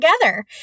Together